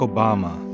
Obama